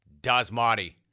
Dasmati